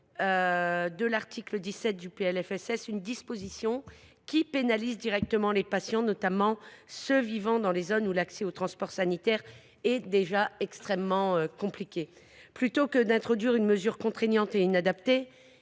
à supprimer du PLFSS cet article qui pénalise directement les patients, notamment ceux qui vivent dans les zones où l’accès au transport sanitaire est déjà extrêmement compliqué. Plutôt que d’introduire une mesure contraignante et inadaptée,